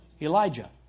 Elijah